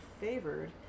favored